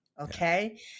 Okay